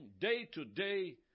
day-to-day